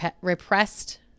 repressed